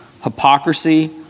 Hypocrisy